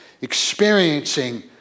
experiencing